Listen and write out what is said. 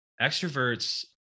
Extroverts